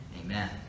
Amen